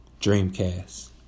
Dreamcast